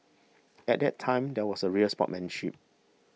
at that time there was a real sportsmanship